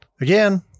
again